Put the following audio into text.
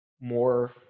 more